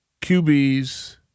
QB's